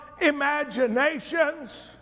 imaginations